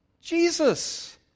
Jesus